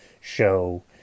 show